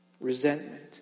resentment